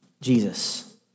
Jesus